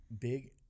big